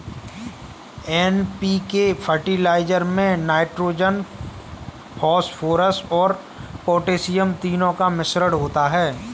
NPK fertiliser में nitrogen, phosphorus और potassium तीनों का मिश्रण होता है